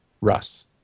Russ